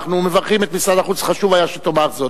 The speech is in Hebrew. אנחנו מברכים את משרד החוץ, חשוב היה שתאמר זאת.